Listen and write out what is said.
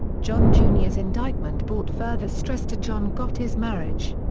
john jr s indictment brought further stress to john gotti's marriage.